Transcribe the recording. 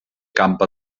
camp